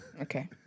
Okay